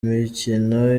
mikino